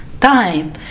time